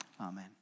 amen